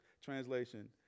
translation